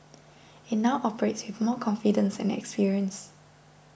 it now operates more confidence and experience